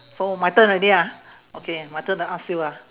so my turn already ah okay my turn to ask you ah